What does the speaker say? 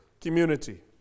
community